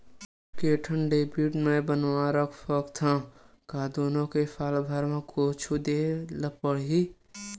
के ठन डेबिट मैं बनवा रख सकथव? का दुनो के साल भर मा कुछ दे ला पड़ही?